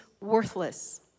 worthless